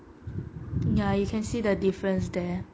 ya you can see the difference there